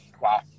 Wow